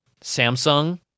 samsung